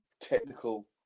technical